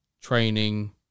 training